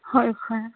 হয় হয়